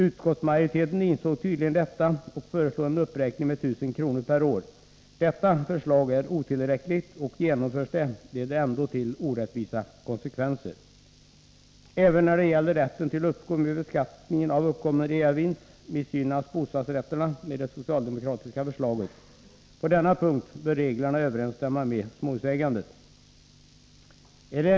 Utskottsmajoriteten insåg tydligen detta och föreslår en uppräkning med 1 000 kr. per år. Detta är emellertid otillräckligt. Om utskottets förslag bifalles, leder också det till orättvisa konsekvenser. å Även när det gäller rätten till uppskov med beskattningen av uppkommen reavinst missgynnas bostadsrätterna med det socialdemokratiska förslaget. På denna punkt bör reglerna överensstämma med dem som gäller för småhusägande.